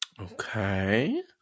Okay